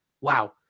wow